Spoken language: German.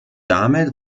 damit